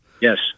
Yes